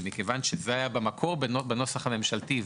ומכיוון שזה היה במקור בנוסח הממשלתי,